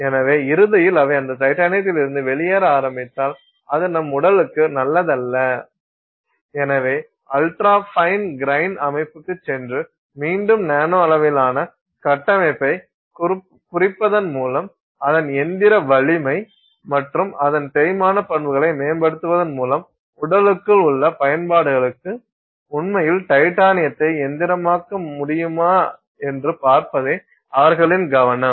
எனவே இறுதியில் அவை அந்த டைட்டானியத்திலிருந்து வெளியேற ஆரம்பித்தால் அது நம் உடலுக்கு நல்லதல்ல எனவே அல்ட்ராஃபைன் கிரைன் அமைப்புக்குச் சென்று மீண்டும் நானோ அளவிலான கட்டமைப்பைக் குறிப்பதன் மூலம் அதன் இயந்திர வலிமை மற்றும் அதன் தேய்மான பண்புகளை மேம்படுத்துவதன் மூலம் உடலுக்குள் உள்ள பயன்பாடுகளுக்கு உண்மையில் டைட்டானியத்தை இயந்திரமயமாக்க முடியுமா என்று பார்ப்பதே அவர்களின் கவனம்